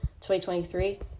2023